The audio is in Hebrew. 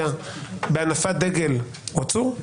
בהנפת דגל הוא עצור?